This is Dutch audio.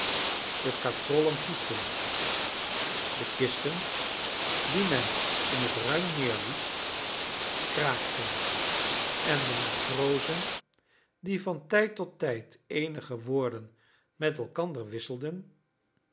de katrollen piepten de kisten die men in het ruim neerliet kraakten en de matrozen die van tijd tot tijd eenige woorden met elkander wisselden